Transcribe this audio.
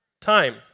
time